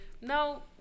no